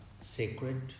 sacred